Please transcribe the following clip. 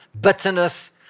bitterness